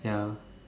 ya